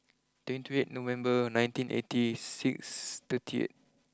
twenty eight November nineteen eighty six thirty eight